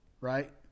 right